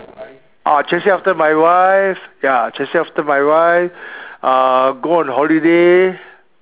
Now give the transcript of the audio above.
uh chasing after my wife ya chasing after my wife uh go on holiday